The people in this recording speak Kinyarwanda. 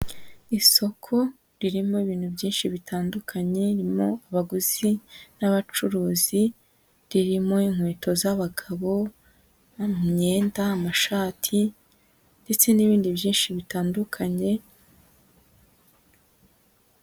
Isoko ririmo ibintu byinshi bitandukanye, ririmo abaguzi n'abacuruzi, ririmo inkweto z'abagabo no mu myenda, amashati ndetse n'ibindi byinshi bitandukanye.